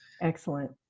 Excellent